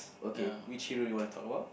okay which hero you want to talk about